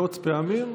מאות פעמים.